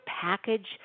package